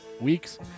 weeks